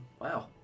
wow